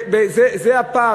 זה הפער,